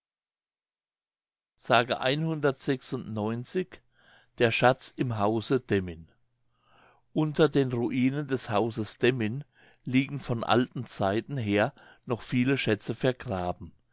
der schatz im hause demmin unter den ruinen des hauses demmin liegen von alten zeiten her noch viele schätze vergraben